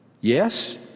Yes